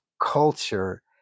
culture